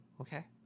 okay